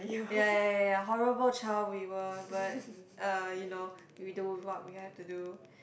ya ya ya horrible child we were but uh you know we do what we have to do